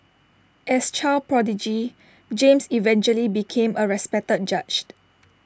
as child prodigy James eventually became A respected judged